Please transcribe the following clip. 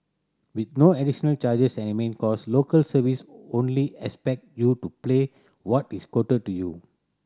with no additional charges and admin cost Local Service only expect you to pay what is quoted to you